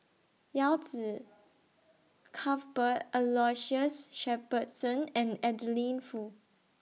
Yao Zi Cuthbert Aloysius Shepherdson and Adeline Foo